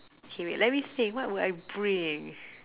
K wait let me think what will I bring